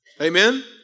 Amen